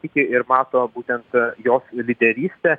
tiki ir mato būtent jos lyderystę